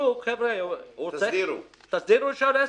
וביקשו להסדיר רישיון עסק.